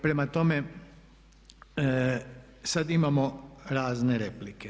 Prema tome, sad imamo razne replike.